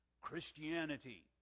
Christianity